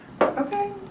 Okay